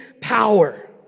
power